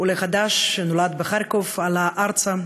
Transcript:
עולה חדש שנולד בחרקוב ועלה ארצה.